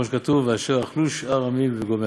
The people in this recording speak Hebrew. כמו שכתוב 'אשר אכלו שאר עמי' וגומר